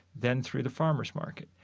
then through the farmers' market.